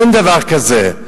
אין דבר כזה.